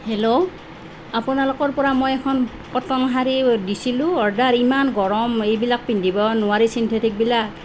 hello আপোনালোকৰ পৰা মই এখন কটন শাৰী দিছিলোঁ অৰ্ডাৰ ইমান গৰম এইবিলাক পিন্ধিব নোৱাৰি চিন্থেটিকবিলাক